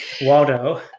Waldo